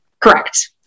Correct